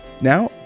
Now